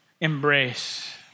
embrace